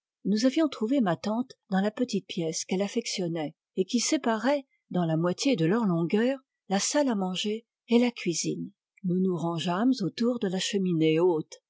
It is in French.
nous avions trouvé ma tante dans la petite pièce qu'elle affectionnait et qui séparait dans la moitié de leur longueur la salle à manger et la cuisine nous nous rangeâmes autour de la cheminée haute